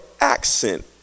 accent